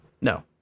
No